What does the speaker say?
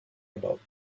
about